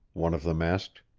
one of them asked.